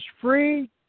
free